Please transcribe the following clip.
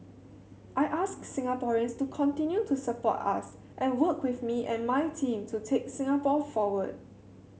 I ask Singaporeans to continue to support us and work with me and my team to take Singapore forward